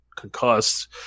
concussed